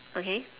okay